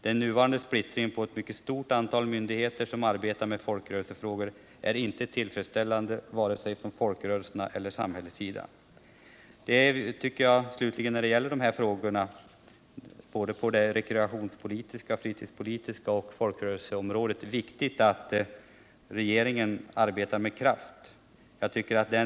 Den nuvarande splittringen med ett mycket stort antal myndigheter som arbetar med folkrörelsefrågor är inte tillfredsställande vare sig från folkrörelsernas eller från samhällets synpunkt. Jag tycker slutligen att det är viktigt i vad gäller såväl de regionalpolitiska och fritidspolitiska områdena som folkrörelseområdet att regeringen arbetar med kraft i här aktuella avseenden.